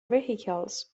vehicles